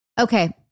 Okay